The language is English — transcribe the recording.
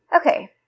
Okay